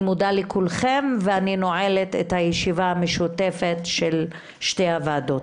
אני מודה לכולכם ואני נועלת את הישיבה המשותפת של שתי הוועדות.